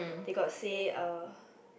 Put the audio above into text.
they got say uh